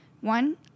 One